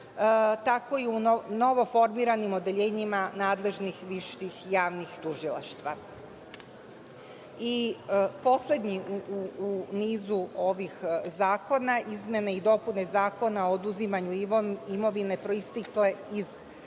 tako i u novoformiranim odeljenjima nadležnih viših javnih tužilaštava. Poslednji u nizu ovih zakona, izmene i dopuna Zakona o oduzimanju imovine proističe iz